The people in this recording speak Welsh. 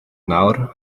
nawr